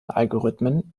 algorithmen